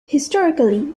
historically